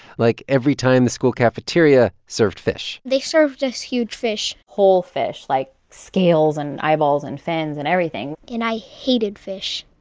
like every time the school cafeteria served fish they served us huge fish whole fish like, scales and eyeballs and fins and everything and i hated fish.